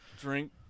drink